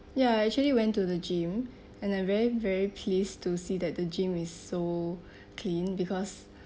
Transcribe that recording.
ya I actually went to the gym and I'm very very pleased to see that the gym is so clean because